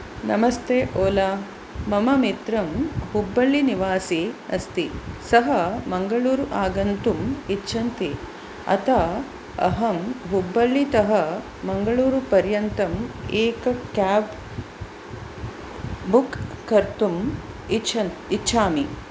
नमस्ते ओला मम मित्रं हुबळ्ळी निवासी अस्ति सः मंगळूरु आगन्तुम् इच्छति अतः अहं हुबळ्ळीतः मंगळूरुपर्यन्तम् एक केब् बुक् कर्तुम् इच्छन् इच्छामि